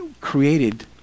created